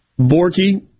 Borky